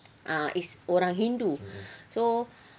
ah is orang hindu so